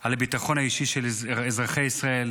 על הביטחון האישי של אזרחי ישראל,